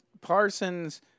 Parsons